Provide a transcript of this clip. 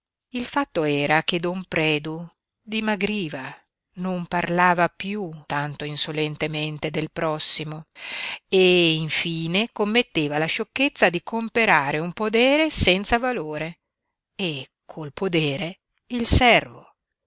il fatto era che don predu dimagriva non parlava piú tanto insolentemente del prossimo e infine commetteva la sciocchezza di comperare un podere senza valore e col podere il servo